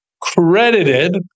credited